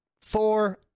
four